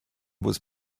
was